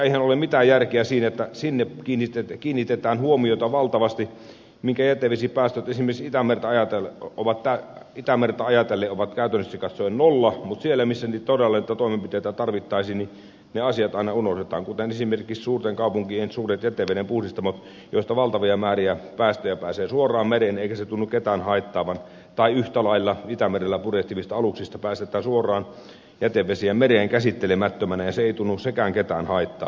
eihän ole mitään järkeä siinä että kiinnitetään valtavasti huomiota sellaisiin paikkoihin joiden jätevesipäästöt esimerkiksi itämerta ajatellen ovat käytännöllisesti katsoen nolla mutta siellä missä todella niitä toimenpiteitä tarvittaisiin ne asiat aina unohdetaan kuten esimerkiksi suurten kaupunkien suuret jätevedenpuhdistamoissa joista valtavia määriä päästöjä pääsee suoraan mereen eikä se tunnu ketään haittaavan tai yhtä lailla itämerellä purjehtivista aluksista päästetään suoraan jätevesiä mereen käsittelemättä ja sekään ei tunnu ketään haittaavan